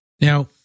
Now